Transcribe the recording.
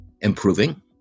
improving